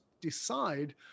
decide